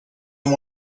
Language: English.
and